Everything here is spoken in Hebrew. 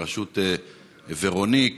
בראשות ורוניק,